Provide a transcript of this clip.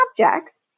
objects